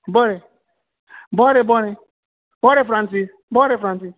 बरें बरें बरें बोरे फ्रानसिस बरें फ्रानसिस